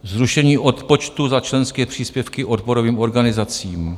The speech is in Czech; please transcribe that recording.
Zrušení odpočtu za členské příspěvky odborovým organizacím.